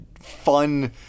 Fun